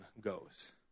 goes